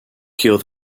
cure